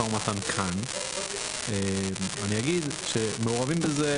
ומתן בוועדה אלא אני חושב שאנחנו היינו מרגישים.